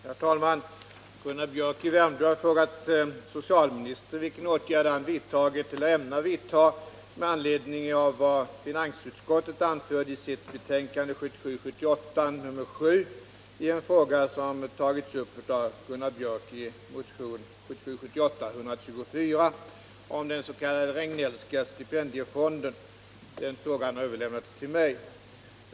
Herr talman! Gunnar Biörck i Värmdö har frågat socialministern vilken åtgärd han vidtagit eller ämnar vidta med anledning av vad finansutskottet anförde i sitt betänkande 1977 78:124 om den s.k. Regnellska stipendiefonden. Frågan har överlämnats till mig.